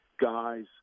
guys